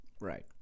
Right